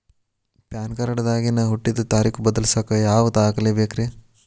PAN card ದಾಗಿನ ಹುಟ್ಟಿದ ತಾರೇಖು ಬದಲಿಸಾಕ್ ಯಾವ ದಾಖಲೆ ಬೇಕ್ರಿ?